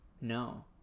No